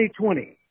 2020